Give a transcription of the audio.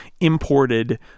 imported